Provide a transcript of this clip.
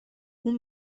اون